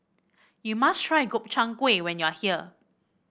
you must try Gobchang Gui when you are here